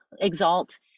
exalt